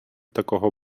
такого